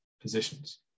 positions